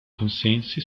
consensi